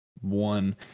one